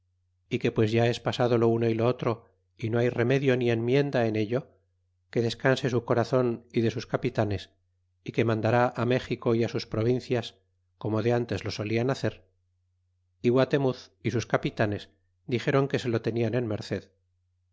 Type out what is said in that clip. é que pues ya es pasado lo uno y lo otro y no hay remedio ni enmienda en ello que descanse su corazon y de sus capitanes e que mandará méxico y sus provincias como de antes lo soban hacer y guatemuz y sus capitanes dixéron que se lo tenian en merced